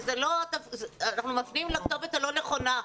אנחנו מפנים לכתובת הלא נכונה.